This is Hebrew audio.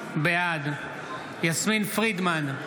בעד יסמין פרידמן,